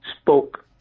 spoke